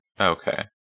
Okay